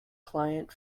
client